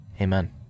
amen